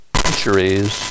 centuries